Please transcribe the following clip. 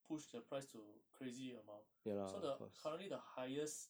push the price to crazy amount so the currently the highest